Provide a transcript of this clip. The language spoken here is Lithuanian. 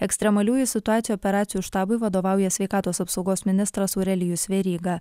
ekstremaliųjų situacijų operacijų štabui vadovauja sveikatos apsaugos ministras aurelijus veryga